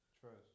Trust